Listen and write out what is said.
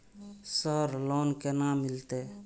Sir loan केना मिलते?